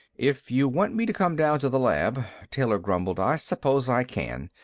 if you want me to come down to the lab, taylor grumbled, i suppose i can.